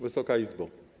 Wysoka Izbo!